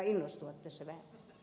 pyydän anteeksi